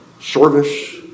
service